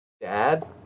Dad